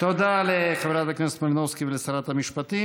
תודה לחברת הכנסת מלינובסקי ולשרת המשפטים.